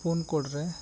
ᱯᱩᱱ ᱠᱚᱬ ᱨᱮ